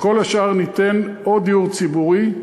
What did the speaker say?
לכל השאר ניתן או דיור ציבורי,